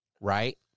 right